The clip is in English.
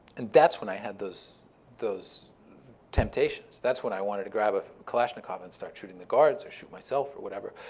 and that's when i had those those temptations. that's when i wanted to grab a kalashnikov and start shooting the guards or shoot myself or whatever.